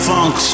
Funk